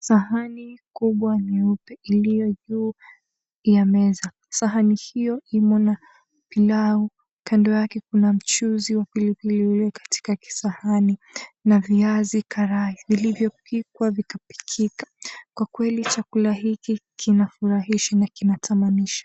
Sahani kubwa nyeupe iliyo juu ya meza. Sahani hiyo imo na pilau, kando yake kuna mchuzi wa pilipili ulio katika kisahani na viazi karai vilivyopikwa vikapikika. Kwa kweli chakula hiki kinafurahisha na kinatamanisha.